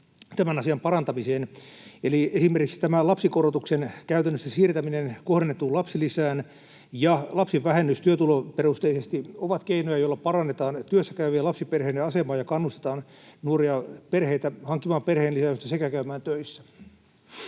tämän asian parantamiseen, eli esimerkiksi tämä lapsikorotuksen käytännössä siirtäminen kohdennettuun lapsilisään ja lapsivähennys työtuloperusteisesti ovat keinoja, joilla parannetaan työssä käyvien lapsiperheiden asemaa ja kannustetaan nuoria perheitä hankkimaan perheenlisäystä sekä käymään töissä.